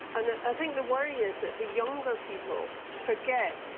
and i think the worry is that the younger people forget,